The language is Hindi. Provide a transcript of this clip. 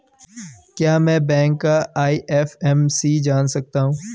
क्या मैं बैंक का आई.एफ.एम.सी जान सकता हूँ?